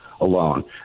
alone